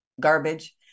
garbage